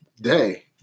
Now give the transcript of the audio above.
day